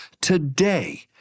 today